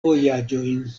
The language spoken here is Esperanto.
vojaĝojn